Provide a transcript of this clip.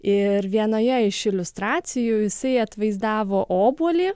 ir vienoje iš iliustracijų jisai atvaizdavo obuolį